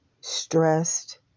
stressed